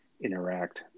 interact